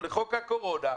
לחוק הקורונה,